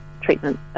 treatment